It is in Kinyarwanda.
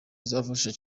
izafasha